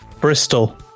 Bristol